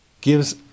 gives